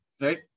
right